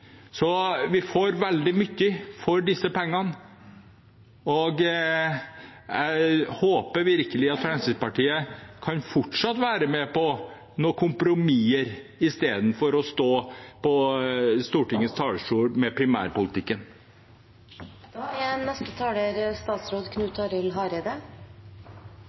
Så vi får veldig mye for disse pengene. Jeg håper virkelig at Fremskrittspartiet fortsatt kan være med på noen kompromisser istedenfor å stå på Stortingets talerstol med